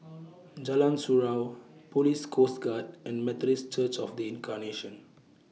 Jalan Surau Police Coast Guard and Methodist Church of The Incarnation